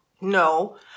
No